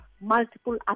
multiple